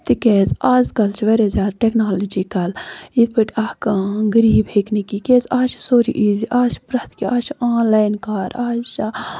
تِکیازِ آز کَل چھُ واریاہ زیادٕ ٹیٚکنالجکَل یِتھ پٲٹھۍ اکھ غریٖب ہیٚکہِ نہٕ کیٚنٛہہ تِکیازِ آز چھُ سورُے ایزی آز چھُ پرٮ۪تھ کیٚنٛہہ آز چھُ آنلاین کار آز چھ